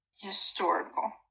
Historical